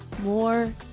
More